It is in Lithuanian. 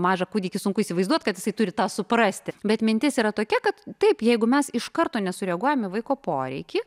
mažą kūdikį sunku įsivaizduot kad jisai turi tą suprasti bet mintis yra tokia kad taip jeigu mes iš karto nesureaguojam į vaiko poreikį